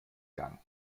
gang